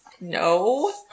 no